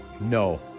no